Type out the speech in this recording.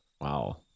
Wow